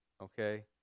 okay